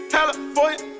California